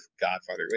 godfather